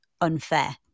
unfair